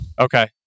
okay